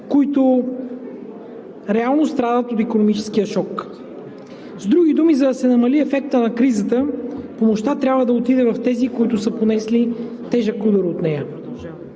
които реално страдат от икономическия шок. С други думи, за да се намали ефектът на кризата, помощта трябва да отиде в тези, които са понесли тежък удар от нея.